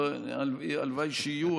הלוואי שיהיו.